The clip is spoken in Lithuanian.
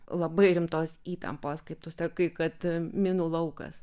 labai rimtos įtampos kaip tu sakai kad minų laukas